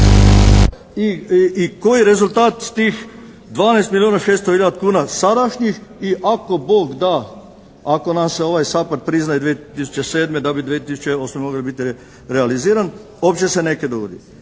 i koji rezultat s tih 12 milijona 600 hiljada kuna sadašnjih i ako Bog da ako nam se ovaj SAPHARD prizna i 2007. da 2008. mogel biti realiziran uopće se nekaj dogoditi.